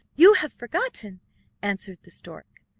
you have forgotten answered the stork,